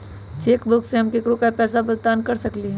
cheque book से हम केकरो पैसा भुगतान कर सकली ह